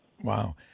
Wow